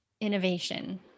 innovation